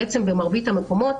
במרבית המקומות,